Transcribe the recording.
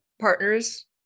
partners